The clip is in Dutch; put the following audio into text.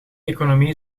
economie